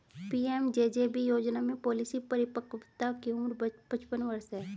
PMJJB योजना में policy परिपक्वता की उम्र पचपन वर्ष है